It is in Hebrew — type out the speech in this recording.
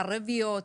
ערביות,